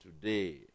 today